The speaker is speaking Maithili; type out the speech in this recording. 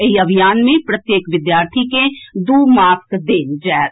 एहि अभियान मे प्रत्येक विद्यार्थी के दू मास्क देल जाएत